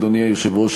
אדוני היושב-ראש,